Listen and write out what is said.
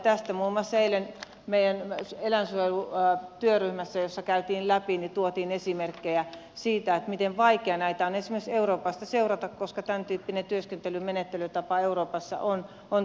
tästä muun muassa eilen meidän eläinsuojeluryhmässä jossa käytiin asiaa läpi tuotiin esimerkkejä siitä miten vaikea näitä on esimerkiksi euroopassa seurata koska tämän tyyppinen työskentely menettelytapa euroopassa on tyypillistä